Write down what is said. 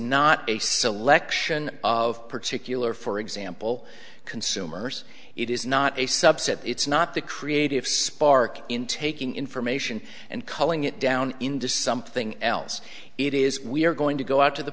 not a selection of particular for example consumers it is not a subset it's not the creative spark in taking information and calling it down indices thing else it is we're going to go out to the